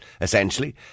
essentially